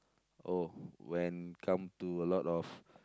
oh when come to a lot of